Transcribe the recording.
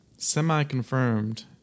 semi-confirmed